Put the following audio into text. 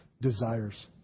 desires